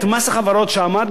שעמד ב-1986,